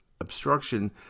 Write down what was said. obstruction